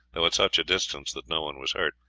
though at such a distance that no one was hurt,